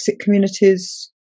communities